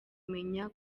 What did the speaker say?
menya